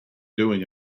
doing